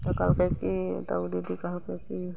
तऽ कहलकय की तऽ ओ दीदी कहलकय की